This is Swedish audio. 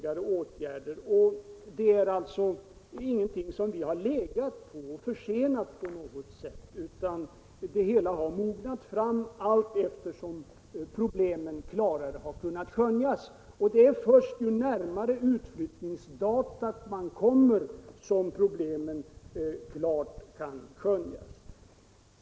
— av statsanställd som Det är alltså ingenting som vi har legat på och försenat på något sätt, ej önskar medfölja utan det hela har mognat fram allteftersom de svåra frågorna klarare = vid verksutflyttning, har kunnat skönjas. Det är först när man kommer närmare utflyttnings — m.m. datum som problemen säkrare kan överblickas.